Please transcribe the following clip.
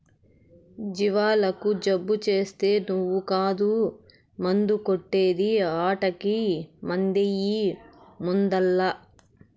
జీవాలకు జబ్బు చేస్తే నువ్వు కాదు మందు కొట్టే ది ఆటకి మందెయ్యి ముందల్ల